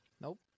Nope